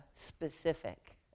specific